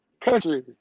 Country